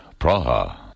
Praha